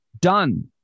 done